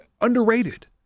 underrated